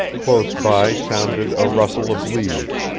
close by sounded a rustle of leaves,